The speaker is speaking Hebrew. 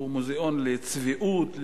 הוא מוזיאון לצביעות,